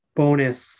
bonus